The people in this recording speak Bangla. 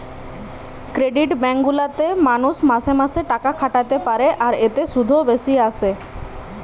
ক্রেডিট বেঙ্ক গুলা তে মানুষ মাসে মাসে টাকা খাটাতে পারে আর এতে শুধও বেশি আসে